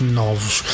novos